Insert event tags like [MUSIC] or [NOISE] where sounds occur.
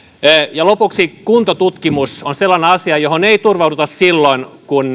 ja lopuksi kuntotutkimus on sellainen asia johon ei turvauduta silloin kun [UNINTELLIGIBLE]